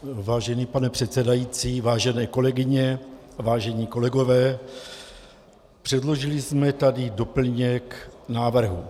Vážený pane předsedající, vážené kolegyně, vážení kolegové, předložili jsme tady doplněk návrhu.